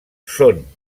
són